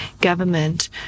government